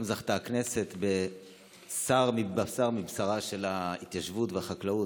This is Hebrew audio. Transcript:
גם זכתה הכנסת בְשר בָשר מבשרה של ההתיישבות והחקלאות.